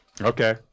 Okay